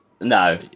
no